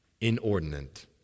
inordinate